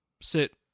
sit –